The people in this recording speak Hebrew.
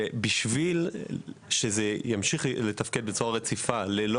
בשביל שזה ימשיך לתפקד בצורה רציפה ללא